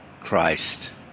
Christ